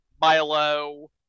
Milo